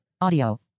Audio